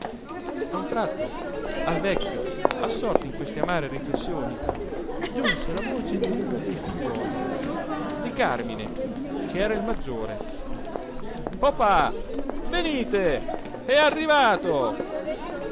a un tratto al vecchio assorto in queste amare riflessioni giunse la voce d'uno dei figliuoli di càrmine ch'era il maggiore o pa venite è arrivato